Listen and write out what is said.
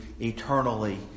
eternally